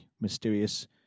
mysterious